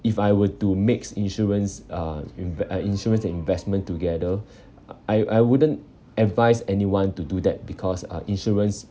if I were to mix insurance uh inve~ uh insurance and investment together I I wouldn't advise anyone to do that because uh insurance